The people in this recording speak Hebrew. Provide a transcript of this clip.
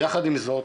יחד עם זאת,